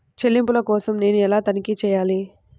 చెల్లింపుల కోసం నేను ఎలా తనిఖీ చేయాలి?